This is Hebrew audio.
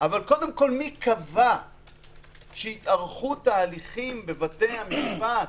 אבל מי קבע שהתארכות ההליכים בבתי המשפט